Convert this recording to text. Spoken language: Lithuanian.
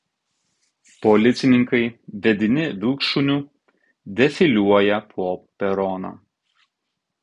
policininkai vedini vilkšuniu defiliuoja po peroną